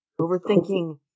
Overthinking